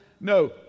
No